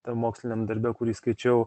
tam moksliniam darbe kurį skaičiau